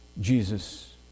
Jesus